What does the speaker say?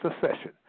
succession